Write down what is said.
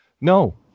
no